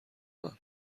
اند